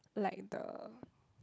like the